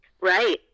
right